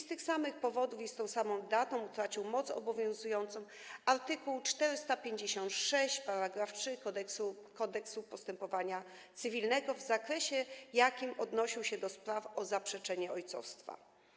Z tych samych powodów i z tą samą datą utracił moc obowiązującą art. 456 § 3 Kodeksu postępowania cywilnego w zakresie, w jakim odnosi się do spraw o zaprzeczenie ojcostwa.